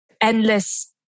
endless